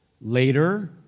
Later